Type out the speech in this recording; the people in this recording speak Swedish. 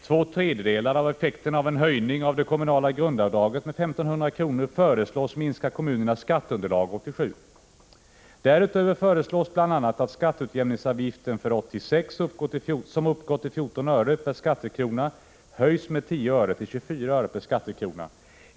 Två tredjedelar av effekten av en höjning av det kommunala grundavdraget med 1 500 kr. föreslås minska kommunernas skatteunderlag 1987. Därutöver föreslås bl.a. att skatteutjämningsavgiften, som 1986 uppgår till 14 öre per skattekrona, höjs med 10 öre till 24 öre per skattekrona.